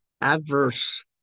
adverse